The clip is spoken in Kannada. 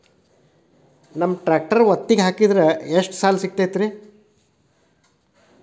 ನಮ್ಮ ಟ್ರ್ಯಾಕ್ಟರ್ ಒತ್ತಿಗೆ ಹಾಕಿದ್ರ ಎಷ್ಟ ಸಾಲ ಸಿಗತೈತ್ರಿ?